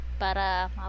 Para